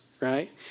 right